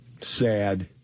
sad